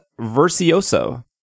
Versioso